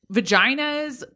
Vaginas